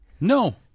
No